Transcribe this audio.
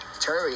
Terry